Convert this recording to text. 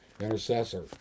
intercessor